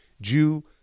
jew